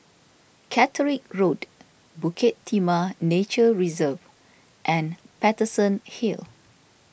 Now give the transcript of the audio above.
Caterick Road Bukit Timah Nature Reserve and Paterson Hill